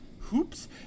hoops